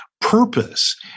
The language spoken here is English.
purpose